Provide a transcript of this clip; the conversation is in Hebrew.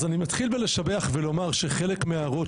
אז אני מתחיל בלשבח ולומר שחלק מההערות